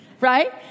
right